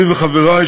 אני וחברי,